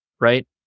right